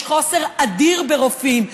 יש חוסר אדיר ברופאים.